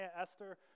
Esther